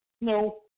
No